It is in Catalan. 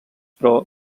però